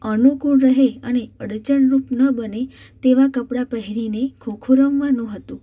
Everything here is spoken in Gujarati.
અનુકૂળ રહે અને અડચણરુપ ન બને તેવા કપડાં પહેરીને ખો ખો રમવાનું હતું